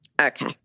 okay